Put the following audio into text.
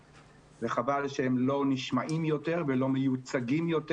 וחבל שהם לא נשמעים יותר ולא מיוצגים יותר.